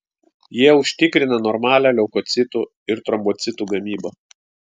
jie užtikrina normalią leukocitų ir trombocitų gamybą